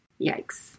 Yikes